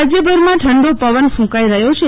રાજયમાં ઠંડો પવન ફુંકાઈ રહયો છે